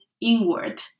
inward